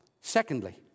Secondly